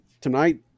tonight